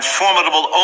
formidable